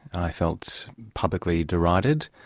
i felt publicly derided,